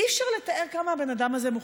אי-אפשר לתאר כמה הבן-אדם הזה מוכשר.